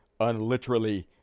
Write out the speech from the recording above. unliterally